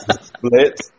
split